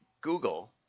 Google